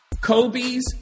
Kobe's